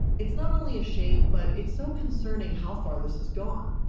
it's not only a shame but it's so concerning how far this has gone.